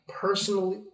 personally